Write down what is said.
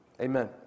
Amen